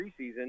preseason